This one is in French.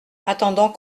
attendant